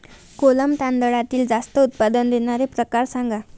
कोलम तांदळातील जास्त उत्पादन देणारे प्रकार सांगा